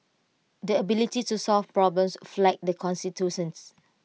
the ability to solve problems flagged the constituents